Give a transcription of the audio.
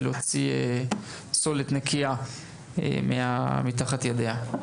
ולהוציא --- נקייה מתחת ידיה.